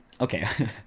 okay